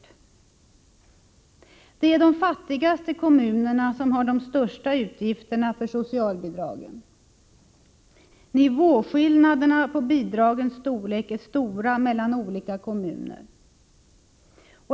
Det är de fattigaste kommunerna som har de största utgifterna för socialbidragen. Nivåskillnaderna på bidragens storlek är stora mellan olika kommuner.